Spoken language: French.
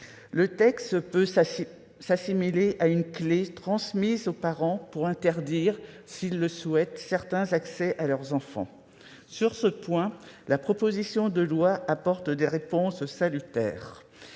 de loi peut s'assimiler à une clé transmise aux parents pour interdire, s'ils le souhaitent, certains accès à leurs enfants. Sur ce point, elle apporte des réponses salutaires.